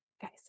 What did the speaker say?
guys